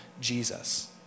Jesus